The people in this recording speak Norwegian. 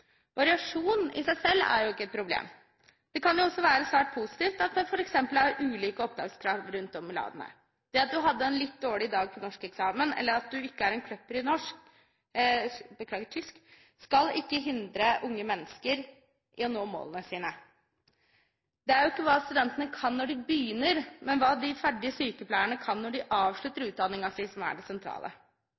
seg selv er jo ikke et problem. Det kan være svært positivt at det f.eks. er ulike opptakskrav rundt om i landet. Det at man hadde en litt dårlig dag på norskeksamen, eller at man ikke er en kløpper i tysk, skal ikke hindre unge mennesker i å nå målene sine. Det er jo ikke hva studentene kan når de begynner, men hva de ferdige sykepleierne kan når de avslutter utdanningen sin, som er det sentrale.